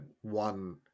one